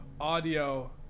audio